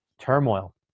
turmoil